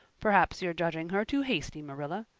perhaps you're judging her too hasty, marilla.